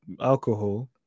alcohol